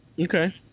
Okay